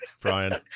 Brian